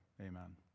Amen